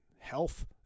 health